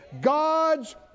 God's